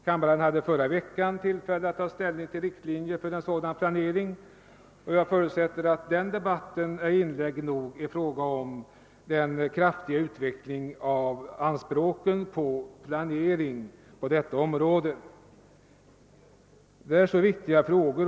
Kammaren hade i förra veckan tillfälle att ta ställning till riktlinjer för en sådan planering, och jag förutsätter att den debatt som:då fördes är inlägg nog i fråga om den kraftiga utvecklingen av anspråken på planering inom detta område. Detta är viktiga frågor.